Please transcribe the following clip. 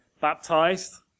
baptized